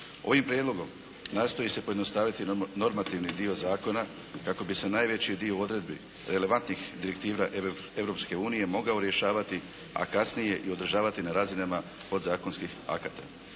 Ovim prijedlogom nastoji se pojednostaviti normativni dio zakona kako bi se najveći dio odredbi relevantnih direktiva Europske unije mogao rješavati a kasnije i održavati na razinama podzakonskih akata.